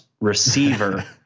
receiver